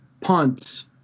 punts